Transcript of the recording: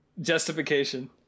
Justification